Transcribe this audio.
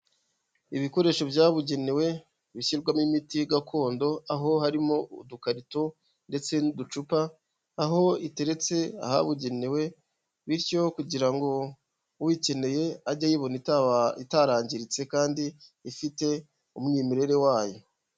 Ibikoresho byabugenewe bishyirwamo imiti gakondo, aho harimo udukarito ndetse n'uducupa aho iteretse ahabugenewe bityo kugira ngo uyikeneye ajye ayibona itara itarangiritse kandi ifite umwimerere wayo.